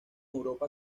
europa